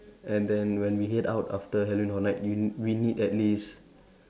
and then when we head out after Halloween horror night you we need at least